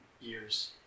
years